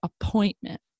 appointment